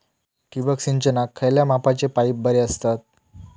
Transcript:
ठिबक सिंचनाक खयल्या मापाचे पाईप बरे असतत?